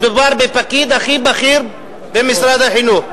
מדובר בפקיד הכי בכיר במשרד החינוך.